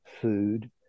food